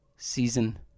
Season